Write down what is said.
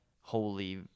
holy